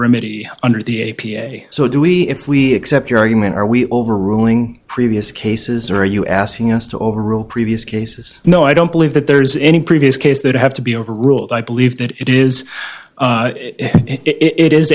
remit under the a p a so do we if we accept your argument are we overruling previous cases or are you asking us to overrule previous cases no i don't believe that there is any previous case that have to be overruled i believe that it is it is